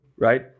Right